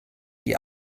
die